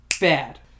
Bad